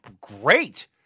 great